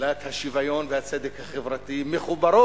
שאלת השוויון ושאלת הצדק החברתי מחוברות,